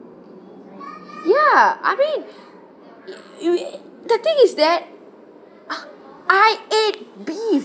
ya I mean you the thing is that I ate beef